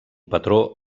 patró